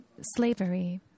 slavery